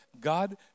God